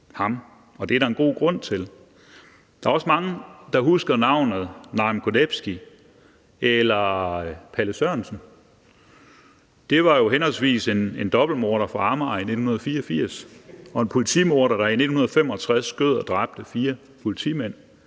det er der en god grund til. Der er også mange der husker navnene Naum Conevski og Palle Sørensen. Det var jo henholdsvis en dobbeltmorder fra Amager i 1984 og en politimorder, der i 1965 skød og dræbte fire politimænd.